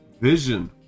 Vision